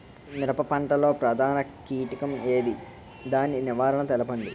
మిరప పంట లో ప్రధాన కీటకం ఏంటి? దాని నివారణ తెలపండి?